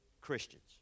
Christians